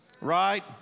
right